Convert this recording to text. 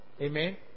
Amen